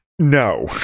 no